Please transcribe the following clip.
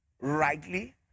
rightly